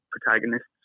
protagonists